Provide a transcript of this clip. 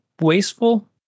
wasteful